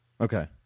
Okay